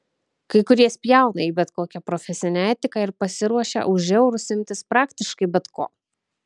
kai kurie spjauna į bet kokią profesinę etiką ir pasiruošę už eurus imtis praktiškai bet ko